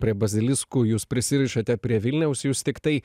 prie baziliskų jūs prisirišate prie vilniaus jūs tiktai